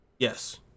Yes